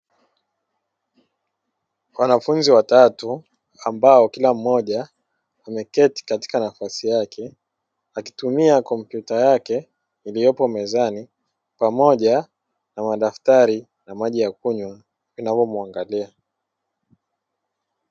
Wanafunzi watatu ambao kila mmoja ameketi katika nafasi yake, akitumia kompyuta yake iliyopo mezani pamoja na madaftari na maji ya kunywa, vinavyomuangalia.